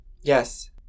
Yes